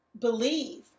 believe